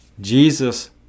Jesus